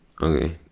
Okay